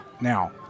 Now